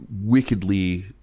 wickedly